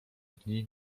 dni